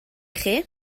chi